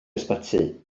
ysbyty